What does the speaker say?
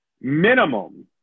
minimum